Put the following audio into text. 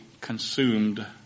consumed